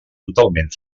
totalment